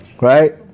Right